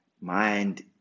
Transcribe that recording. mind